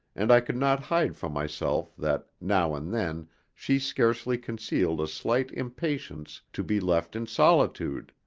and i could not hide from myself that now and then she scarcely concealed a slight impatience to be left in solitude.